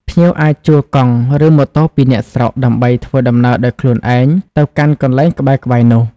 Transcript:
ភ្ញៀវអាចជួល កង់ ឬម៉ូតូពីអ្នកស្រុកដើម្បីធ្វើដំណើរដោយខ្លួនឯងទៅកាន់កន្លែងក្បែរៗនោះ។